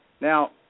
Now